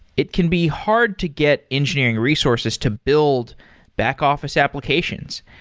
it can be hard to get engineering resources to build back-office applications.